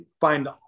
find